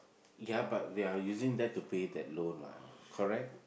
ya but we are using that to pay that loan what correct